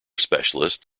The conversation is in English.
specialist